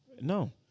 No